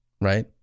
right